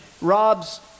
robs